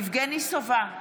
יבגני סובה,